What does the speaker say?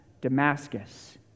Damascus